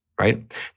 Right